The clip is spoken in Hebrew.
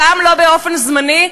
גם לא באופן זמני,